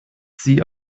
sie